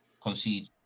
concede